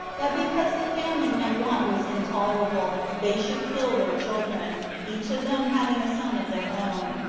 that because the famine and want was intolerable, they should kill their children, each of them having a son of their own,